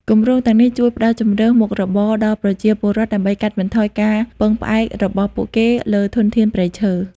គម្រោងទាំងនេះជួយផ្តល់ជម្រើសមុខរបរដល់ប្រជាពលរដ្ឋ ដើម្បីកាត់បន្ថយការពឹងផ្អែករបស់ពួកគេលើធនធានព្រៃឈើ។